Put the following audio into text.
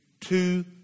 two